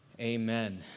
Amen